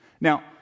Now